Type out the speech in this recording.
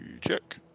check